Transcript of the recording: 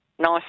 nice